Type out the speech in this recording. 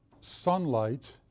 sunlight